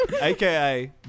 Aka